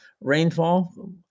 rainfall